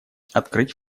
открыть